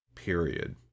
Period